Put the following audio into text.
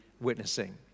witnessing